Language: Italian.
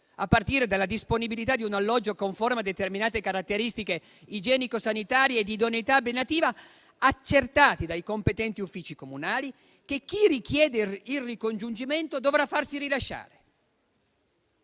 a partire dalla disponibilità di un alloggio conforme a determinate caratteristiche igienico-sanitarie e di idoneità abitativa accertati dai competenti uffici comunali, che chi richiede il ricongiungimento dovrà farsi rilasciare?